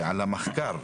ועל המחקר,